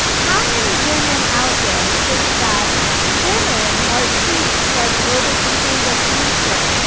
how many women out there think that women are key to our global sustainable future?